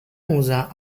usa